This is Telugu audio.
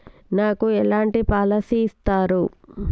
నాకు ఎలాంటి పాలసీ ఇస్తారు?